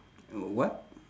uh what